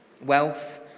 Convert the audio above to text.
Wealth